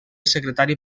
secretari